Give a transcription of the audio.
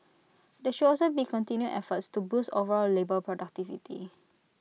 there should also be continued efforts to boost overall labour productivity